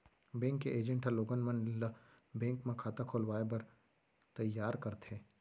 bank के agent ह लोगन मन ल बेंक म खाता खोलवाए बर तइयार करथे